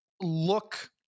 Look